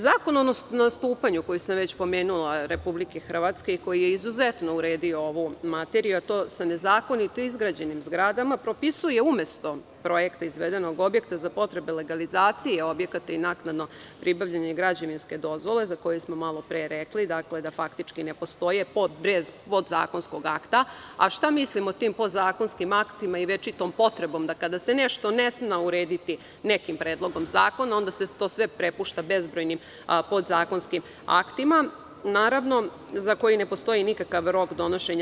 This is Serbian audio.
Zakon o nastupanju, koji sam već pomenula, Republike Hrvatske koji je izuzetno uredio ovu materiju, a to sa nezakonito izgrađenim zgradama propisuje umesto projekta izvedenog objekta za potrebe legalizacije objekata i naknadno pribavljanje građevinske dozvole, za koju smo malo pre rekli da faktički ne postoji, podzakonskog akta, a šta mislim o tim podzakonskim aktima i večitom potrebom da kada se nešto ne zna urediti nekim predlogom zakona onda se to sve prepušta bezbrojnim podzakonskim aktima za koje ne postoji nikakav rok donošenja.